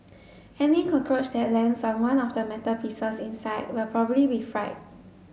any cockroach that lands on one of the metal pieces inside will probably be fried